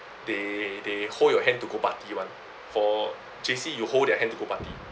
they they hold your hand to go party [one] for J_C you hold their hand to go party